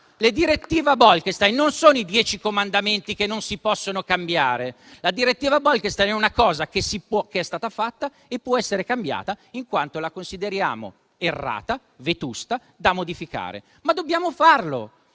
La direttiva Bolkestein non sono i Dieci comandamenti, che non si possono cambiare. La direttiva Bolkestein è una cosa che è stata fatta e che può essere cambiata, in quanto la consideriamo errata, vetusta e da modificare, ma dobbiamo farlo.